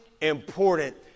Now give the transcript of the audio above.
important